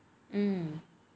hmm